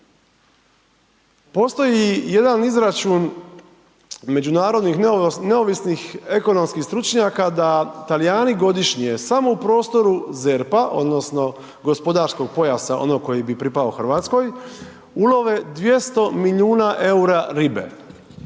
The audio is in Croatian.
Postoji jedan izračun međunarodnih neovisnih ekonomskih stručnjaka da Talijani godišnje samo u prostoru ZERP-a odnosno gospodarskog pojasa onog koji bi pripao RH, ulove 200 milijuna EUR-a ribe